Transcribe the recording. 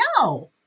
no